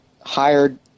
hired